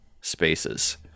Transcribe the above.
spaces